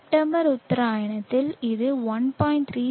September உத்தராயணத்தில் இது 1